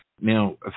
Now